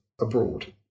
abroad